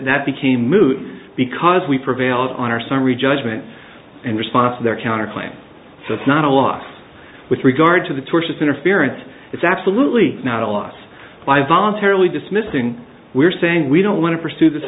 that became moot because we prevailed on our summary judgement and response of their counter claim so it's not a lot with regard to the tortious interference it's absolutely not a loss by voluntarily dismissing we're saying we don't want to pursue this